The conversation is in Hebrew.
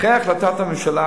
אחרי החלטת הממשלה